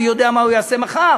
מי יודע מה הוא יעשה מחר.